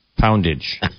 poundage